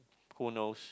who knows